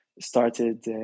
started